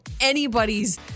anybody's